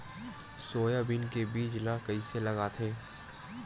Soybean के बीज ल कइसे लगाथे?